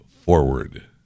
forward